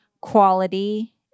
Quality